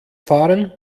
fahren